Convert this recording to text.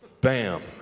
Bam